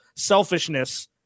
selfishness